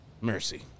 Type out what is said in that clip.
mercy